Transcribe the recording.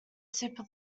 super